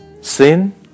Sin